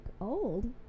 old